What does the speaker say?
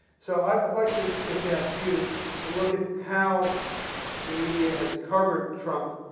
so i'd like to just ask you to look at how the media has covered trump,